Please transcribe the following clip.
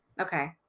okay